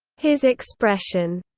his expression,